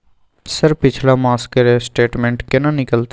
Sir पिछला मास के स्टेटमेंट केना निकलते?